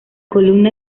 columna